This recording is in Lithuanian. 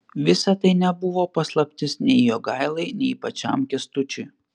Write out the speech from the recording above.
visa tai nebuvo paslaptis nei jogailai nei pačiam kęstučiui